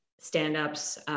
stand-ups